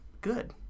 Good